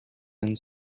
and